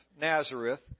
Nazareth